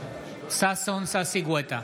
ששון ששי גואטה,